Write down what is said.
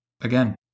Again